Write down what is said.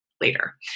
later